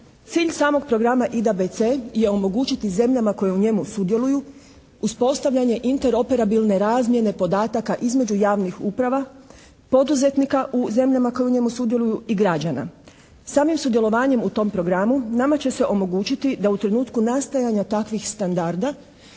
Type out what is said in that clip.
Cilj samog programa IDBC je omogućiti zemljama koje u njemu sudjeluju, uspostavljanje interoperabilne razmjene podataka između javnih uprava, poduzetnika u zemljama koje u njemu sudjeluju i građana. Samim sudjelovanjem u tom programu nama će se omogućiti da u trenutku nastajanja takvih standarda